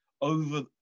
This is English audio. over